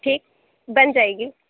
ٹھیک بن جائے گی